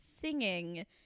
singing